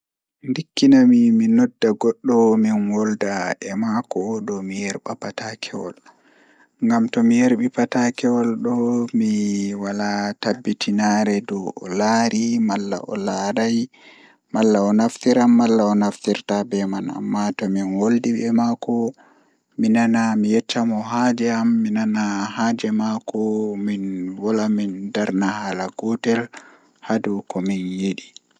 Ndikkinami mi nodda goddo mi wolda e maako dow mi yerba patakewol, Ngam tomi yerbi patakewol do mi wala tabitinaare dow o laari malla o laarai malla o naftiran malla o naftirta be mai, Amma tomin woldi e maako mi yecca mo haaje am mi nana haaje maako min dara min darna haala gotel ha dow komin yidi